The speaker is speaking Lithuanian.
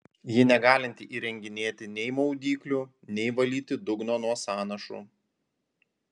ji negalinti įrenginėti nei maudyklių nei valyti dugno nuo sąnašų